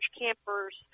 campers